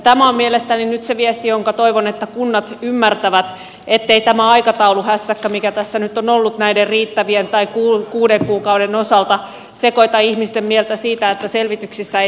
tämä on mielestäni nyt se viesti jonka toivon että kunnat ymmärtävät ettei tämä aikatauluhässäkkä mikä tässä nyt on ollut kuuden kuukauden osalta sekoita ihmisten mieltä siten että selvityksissä ei tarvitse nyt edetä